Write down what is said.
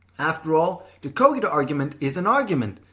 after all, the cogito argument is an argument,